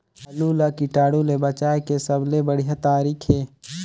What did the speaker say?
आलू ला कीटाणु ले बचाय के सबले बढ़िया तारीक हे?